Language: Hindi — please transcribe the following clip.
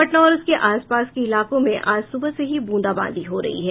पटना और उसके आस पास के इलाकों में आज सुबह से ही बूंदाबांदी हो रही है